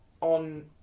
on